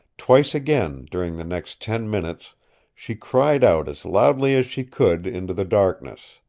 twice again during the next ten minutes she cried out as loudly as she could into the darkness.